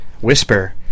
Whisper